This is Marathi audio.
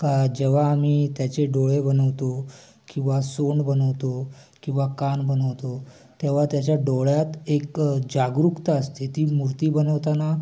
का जेव्हा आम्ही त्याचे डोळे बनवतो किंवा सोंड बनवतो किंवा कान बनवतो तेव्हा त्याच्या डोळ्यात एक जागरूकता असते ती मूर्ती बनवताना